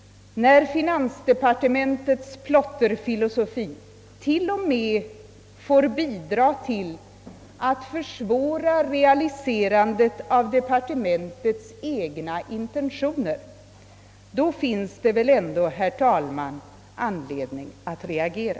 När finansdepartementets plotterfilosofi t.o.m. får bidra till att försvåra realiserandet av departementets egna intentioner, då finns det väl ändå, herr talman, anledning att reagera!